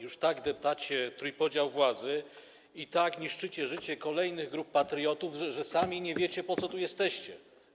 Już tak depczecie trójpodział władzy i tak niszczycie życie kolejnych grup patriotów, że sami nie wiecie, po co tu jesteście.